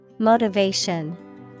Motivation